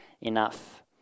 Enough